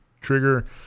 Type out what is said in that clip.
trigger